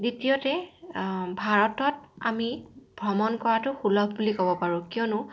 দ্বিতীয়তে ভাৰতত আমি ভ্ৰমণ কৰাটো সুলভ বুলি ক'ব পাৰোঁ কিয়নো